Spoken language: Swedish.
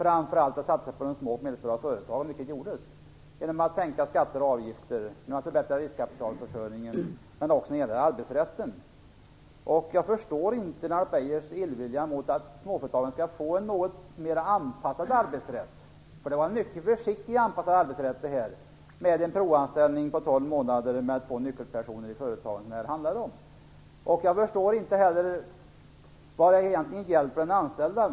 Man satsade framför allt på små och medelstora företag, genom att sänka skatter och avgifter, förbättra riskkapitalförsörjningen och vidta åtgärder i arbetsrätten. Jag förstår inte Lennart Beijers illvilja när det gäller att småföretagen skall få en något mera anpassad arbetsrätt. Det var nämligen fråga om en mycket försiktigt anpassad arbetsrätt, med en provanställning på tolv månader och med två nyckelpersoner i företagen. Jag förstår inte heller vad det egentligen hjälper de anställa.